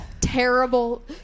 terrible